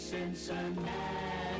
Cincinnati